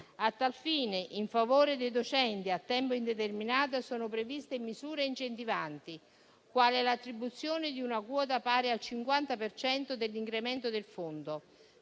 A tal fine, in favore dei docenti a tempo indeterminato, sono previste misure incentivanti, quali l'attribuzione di una quota pari al 50 per cento dell'incremento del fondo,